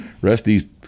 Rusty